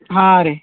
ಹಾಂ ರೀ